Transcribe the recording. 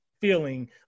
feeling